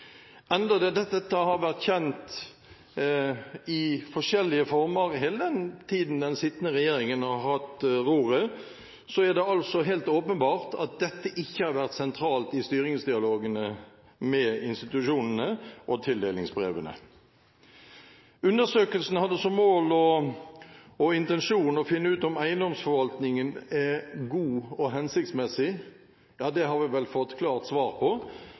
Enda dette har vært kjent i forskjellige former i hele den tiden den sittende regjeringen har hatt roret, er det helt åpenbart at dette ikke har vært sentralt i styringsdialogene med institusjonene og i tildelingsbrevene. Undersøkelsen hadde som mål og intensjon å finne ut om eiendomsforvaltningen er god og hensiktsmessig. Det har vi vel fått klart svar på: